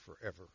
forever